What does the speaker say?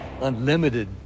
unlimited